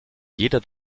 jeder